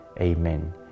Amen